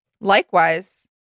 Likewise